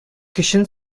көчен